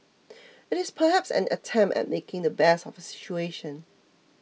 it is perhaps an attempt at making the best of a situation